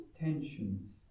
tensions